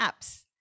apps